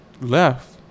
left